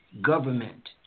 government